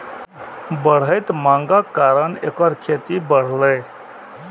बढ़ैत मांगक कारण एकर खेती बढ़लैए